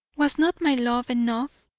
was not my love enough,